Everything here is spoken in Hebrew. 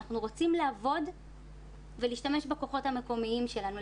אנחנו רוצים לעבוד ולהשתמש בכוחות המקומיים שלנו,